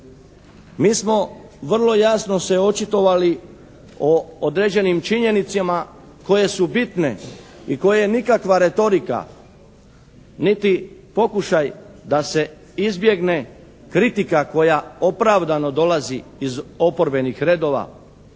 Mi smo vrlo jasno se očitovali o određenim činjenicama koje su bitne i koje nikakva retorika niti pokušaj da se izbjegne kritika koja opravdano dolazi iz oporbenih redova